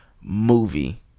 movie